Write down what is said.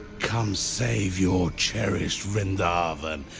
come save your cherished vrindavan.